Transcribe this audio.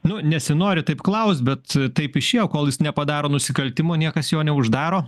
nu nesinori taip klaust bet taip išėjo kol jis nepadaro nusikaltimo niekas jo neuždaro